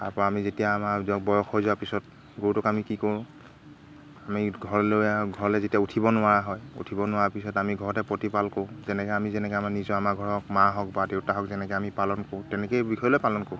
তাৰপৰা আমি যেতিয়া আমাৰ বয়স হৈ যোৱাৰ পিছত গৰুটোক আমি কি কৰোঁ আমি ঘৰলৈ ঘৰলৈ যেতিয়া উঠিব নোৱাৰা হয় উঠিব নোৱাৰা পিছত আমি ঘৰতে প্ৰতিপাল কৰোঁ যেনেকৈ আমি যেনেকৈ আমাৰ নিজৰ আমাৰ ঘৰৰ মা হওক বা দেউতা হওক যেনেকৈ আমি পালন কৰোঁ তেনেকেই এই বিষয়লৈ পালন কৰোঁ